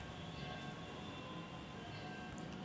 कांद्याचे बाजार भाव का हाये?